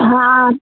हँ